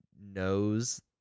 knows